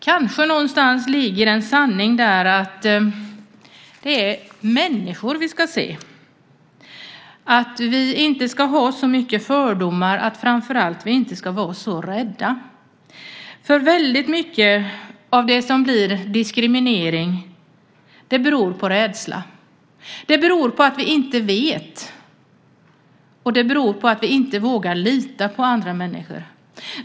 Kanske det någonstans ligger en sanning att det är människor vi ska se, att vi inte ska ha så många fördomar och framför allt att vi inte ska vara så rädda. Väldigt mycket av det som blir diskriminering beror på rädsla. Det beror på att vi inte vet, och det beror på att vi inte vågar lita på andra människor.